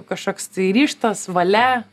kažkoks tai ryžtas valia